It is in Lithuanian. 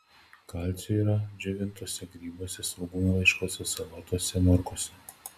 kalcio yra džiovintuose grybuose svogūnų laiškuose salotose morkose